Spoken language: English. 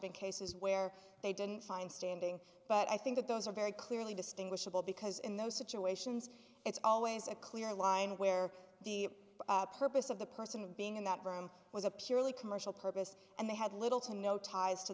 been cases where they didn't find standing but i think that those are very clearly distinguishable because in those situations it's always a clear line where the purpose of the person being in that room was a purely commercial purpose and they had little to no ties to